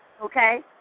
okay